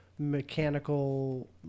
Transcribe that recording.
Mechanical